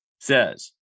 says